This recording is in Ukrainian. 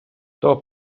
хто